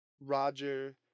Roger